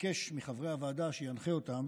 ביקש מחברי הוועדה שינחה אותם